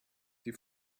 die